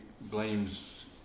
blames